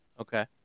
Okay